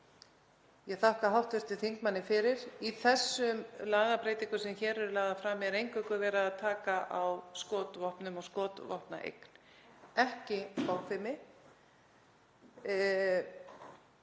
Ég þakka hv. þingmanni fyrir. Í þessum lagabreytingum sem hér eru lagðar fram er eingöngu verið að taka á skotvopnum og skotvopnaeign, ekki bogfimi.